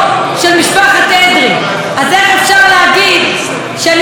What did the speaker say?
אז איך אפשר להגיד שאני תומכת במשפחת אדרי?